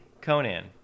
Conan